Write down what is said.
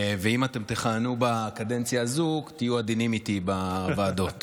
אם תכהנו בקדנציה הזאת, תהיו עדינים איתי בוועדות.